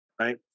right